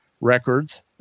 records